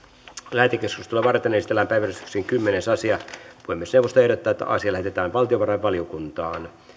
lähetekeskustelua varten esitellään päiväjärjestyksen kymmenes asia puhemiesneuvosto ehdottaa että asia lähetetään valtiovarainvaliokuntaan